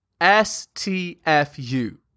S-T-F-U